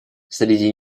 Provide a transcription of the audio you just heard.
среди